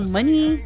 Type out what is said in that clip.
Money